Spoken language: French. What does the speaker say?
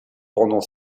pendant